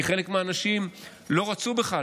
כי חלק מהנשים לא רצו בכלל,